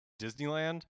disneyland